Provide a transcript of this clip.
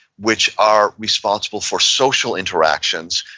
which are responsible for social interactions.